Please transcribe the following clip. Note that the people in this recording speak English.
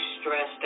stressed